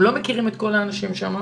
הם לא מכירים את כל האנשים שם,